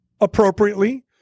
appropriately